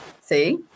See